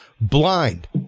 blind